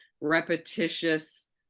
repetitious